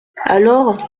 alors